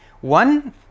One